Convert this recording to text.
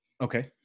okay